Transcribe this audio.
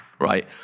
right